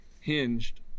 hinged